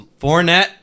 Fournette